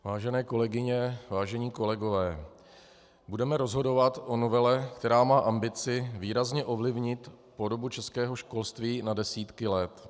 Vážené kolegyně, vážení kolegové, budeme rozhodovat o novele, která má ambici výrazně ovlivnit podobu českého školství na desítky let.